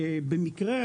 במקרה,